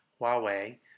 Huawei